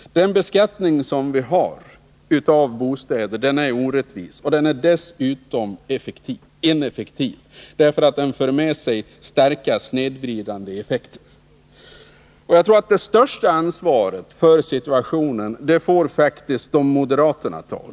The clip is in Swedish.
Den beskattning som vi har av bostäder är orättvis, och den är dessutom ineffektiv. Den för nämligen med sig starka snedvridande effekter. Jag tror att största ansvaret för situationen får faktiskt moderaterna ta.